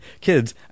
Kids